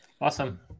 awesome